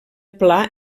pla